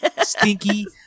Stinky